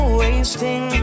wasting